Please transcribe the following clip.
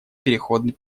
переходный